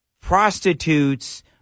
prostitutes